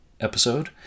episode